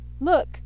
look